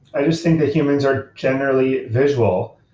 i just think that humans are generally visual.